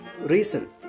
reason